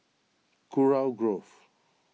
Kurau Grove